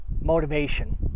motivation